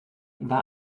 war